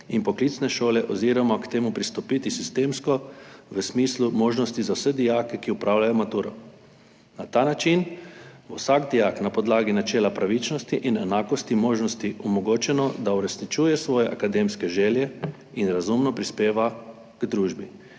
in poklicne šole oziroma k temu pristopiti sistemsko v smislu možnosti za vse dijake, ki opravljajo maturo. Na ta način bo vsakemu dijaku na podlagi načela pravičnosti in enakih možnosti omogočeno, da uresničuje svoje akademske želje in razumno prispeva k družbi.